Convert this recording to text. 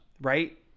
right